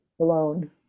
alone